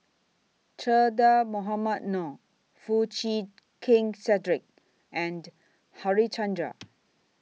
Che Dah Mohamed Noor Foo Chee Keng Cedric and Harichandra